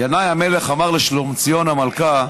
ינאי המלך אמר לשלומציון המלכה: